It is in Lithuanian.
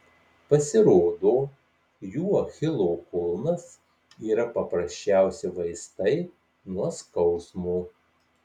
pasirodo jų achilo kulnas yra paprasčiausi vaistai nuo skausmo